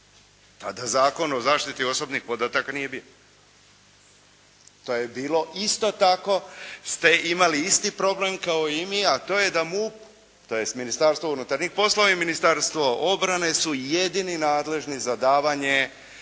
Tad Zakon o zaštiti osobnih podataka nije bio. To je bilo, isto tako ste imali isti problem kao i mi a to je da MUP tj. Ministarstvo unutarnjih poslova i Ministarstvo obrane su jedini nadležni za davanje